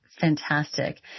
fantastic